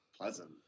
pleasant